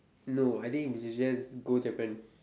no I think we should just go Japan